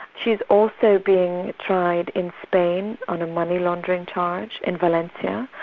she's also being tried in spain on a money laundering charge in valencia.